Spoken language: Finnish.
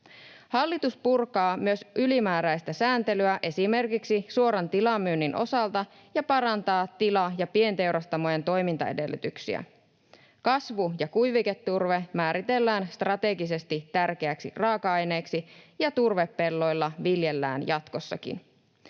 Hallitus purkaa myös ylimääräistä sääntelyä esimerkiksi suoran tilamyynnin osalta ja parantaa tila- ja pienteurastamojen toimintaedellytyksiä. Kasvu- ja kuiviketurve määritellään strategisesti tärkeäksi raaka-aineeksi ja turvepelloilla viljellään jatkossakin.